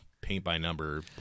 paint-by-number